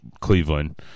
Cleveland